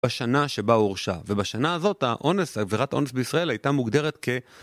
בשנה שבה הורשע, ובשנה הזאת, האונס, העבירת האונס בישראל הייתה מוגדרת כ...